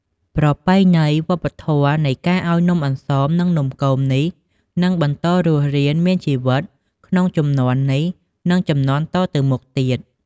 ប្រពៃណីវប្បធម៌នៃការឱ្យនំអន្សម និងនំគមនេះនឹងបន្តរស់រានមានជីវិតក្នុងជំនាន់នេះ និងជំនាន់តទៅមុខទៀត។